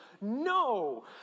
No